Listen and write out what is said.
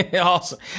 awesome